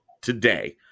today